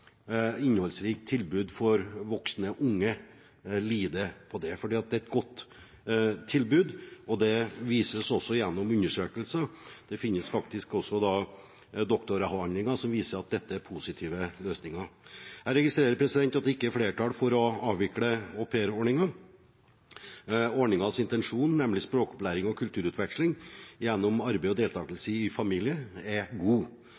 innholdsrikt tilbud for unge voksne lide for det, for dette er et godt tilbud og det vises også gjennom undersøkelser. Det finnes også doktoravhandlinger som viser at dette er positive løsninger. Jeg registrerer at det ikke er flertall for å avvikle aupairordningen. Ordningens intensjon, nemlig språkopplæring og kulturutveksling gjennom arbeid og deltakelse i en familie, er god,